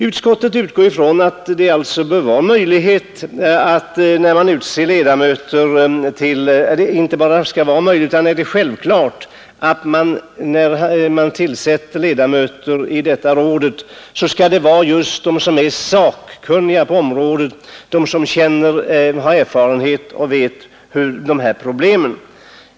Utskottet utgår ifrån att det inte bara skall vara möjligt utan även självklart att man, när man tillsätter ledamöter i detta råd, skall välja just sådana som är sakkunniga på området och som har erfarenhet av och känner till dessa problem.